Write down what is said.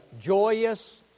joyous